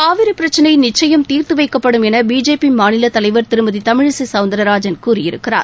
காவிரி பிரச்சினை நிச்சயம் தீர்த்துவைக்கப்படும் என பிஜேபி மாநிலத்தலைவர் திருமதி தமிழிசை சௌந்தரராஜன் கூறியிருக்கிறார்